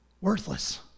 Worthless